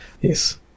Yes